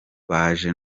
baje